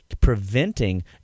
preventing